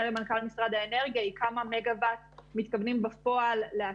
למנכ"ל משרד האנרגיה היא כמה מגה-וואט מתכוונים בפועל להקים.